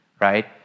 right